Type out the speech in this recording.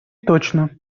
точно